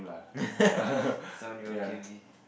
some mecury